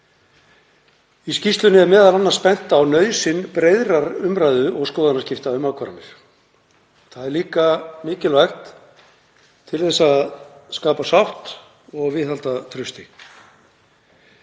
Í skýrslunni er m.a. bent á nauðsyn breiðrar umræðu og skoðanaskipta um ákvarðanir. Það er líka mikilvægt til að skapa sátt og viðhalda trausti.